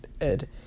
ed